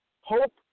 Hope